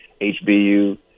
hbu